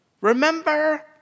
Remember